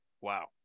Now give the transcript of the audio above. Wow